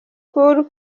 kul